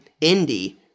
Indy